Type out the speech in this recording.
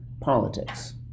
politics